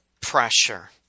pressure